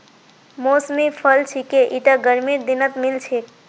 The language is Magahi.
मौसमी फल छिके ईटा गर्मीर दिनत मिल छेक